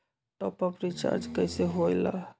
Top up recharge कइसे होएला?